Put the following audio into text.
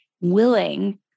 willing